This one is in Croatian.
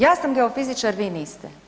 Ja sam geofizičar, vi niste.